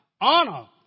Honor